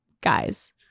guys